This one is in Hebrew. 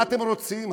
מה אתם רוצים,